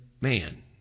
man